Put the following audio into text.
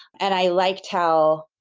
and i liked how.